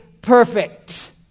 perfect